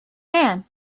man